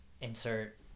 insert